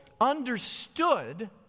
understood